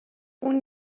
اون